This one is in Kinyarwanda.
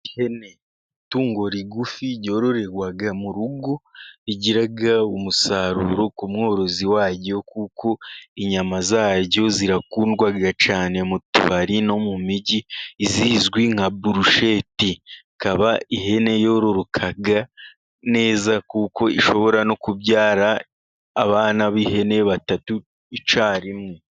Ihene, itungo rigufi ryororerwa mu rugo. Rigira umusaruro ku mworozi waryo, kuko inyama zaryo zirakundwa cyane mu tubari no mu migi, izizwi nka burushete. Ikaba ihene yororoka neza, kuko ishobora no kubyara abana b'ihene batatu icyarimwe.